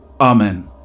Amen